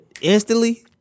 Instantly